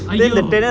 !aiyo!